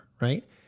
right